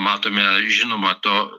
matome žinoma to